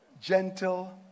Gentle